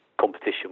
competition